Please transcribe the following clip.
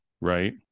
Right